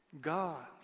God